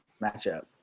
matchup